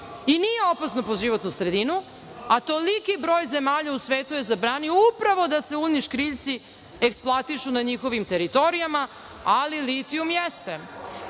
i nije opasno po životnu sredinu, a toliki broj zemalja u svetu je zabranio upravo da se uljnih škriljaca eksploatišu na njihovim teritorija, ali litijum jeste. Moram